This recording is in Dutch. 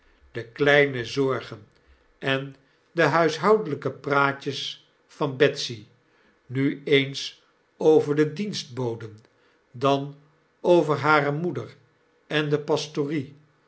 de kleinere zorgen en de huishoudelijke praatjes van betsy nu eens over de dienstboden dan over hare moeder en de pastorie